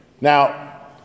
Now